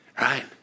Right